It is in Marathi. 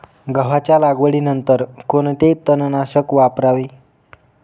गव्हाच्या लागवडीनंतर कोणते तणनाशक वापरावे?